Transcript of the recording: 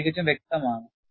ഇത് തികച്ചും വ്യക്തമാണ്